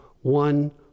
one